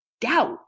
doubt